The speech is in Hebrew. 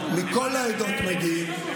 מכל העדות מגיעים,